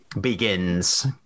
begins